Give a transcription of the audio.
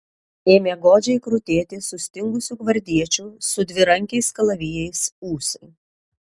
ėmė godžiai krutėti sustingusių gvardiečių su dvirankiais kalavijais ūsai